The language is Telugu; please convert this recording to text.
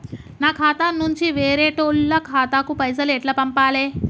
నా ఖాతా నుంచి వేరేటోళ్ల ఖాతాకు పైసలు ఎట్ల పంపాలే?